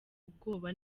ubwoba